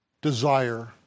desire